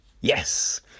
yes